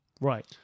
Right